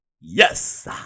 Yes